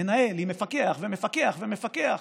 מנהל עם מפקח ומפקח ומפקח.